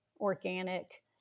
organic